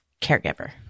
caregiver